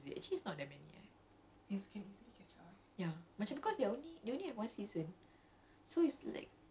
but ya actually I asked uh najhah about it like how many episodes is it actually it's not that many eh